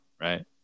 right